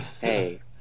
hey